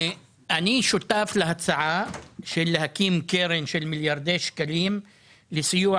אני שותף להצעה להקים קרן של מיליארדי שקלים לסיוע